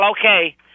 okay